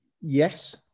yes